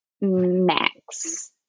max